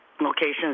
locations